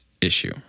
issue